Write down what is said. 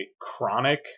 chronic